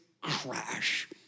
crash